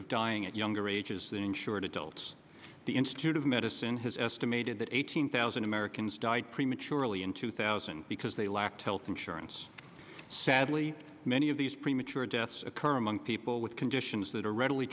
of dying at younger ages than insured adults the institute of medicine has estimated that eighteen thousand americans died prematurely in two thousand because they lacked health insurance sadly many of these premature deaths occur among people with conditions that are readily